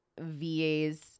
VA's